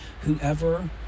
whoever